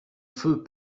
feu